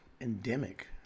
endemic